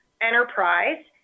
enterprise